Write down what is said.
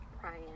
Brian